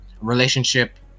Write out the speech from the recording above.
relationship